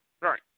Right